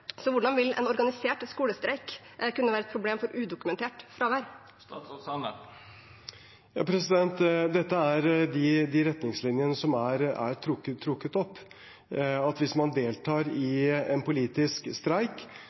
Hvordan vil en organisert skolestreik kunne være et problem for udokumentert fravær? Dette er de retningslinjene som er trukket opp: Hvis man deltar i en politisk streik,